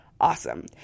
awesome